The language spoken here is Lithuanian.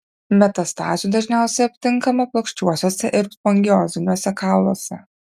metastazių dažniausiai aptinkama plokščiuosiuose ir spongioziniuose kauluose